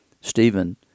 Stephen